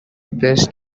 beast